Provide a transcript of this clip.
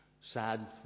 sad